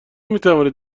میتوانید